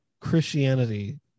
Christianity